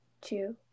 two